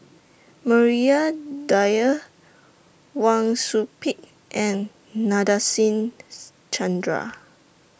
Maria Dyer Wang Sui Pick and Nadasen Chandra